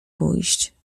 pójść